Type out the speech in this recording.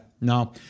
no